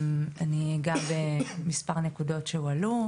אני איגע במספר נקודות שהועלו.